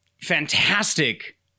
fantastic